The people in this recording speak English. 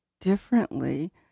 differently